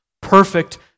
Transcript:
Perfect